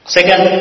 Second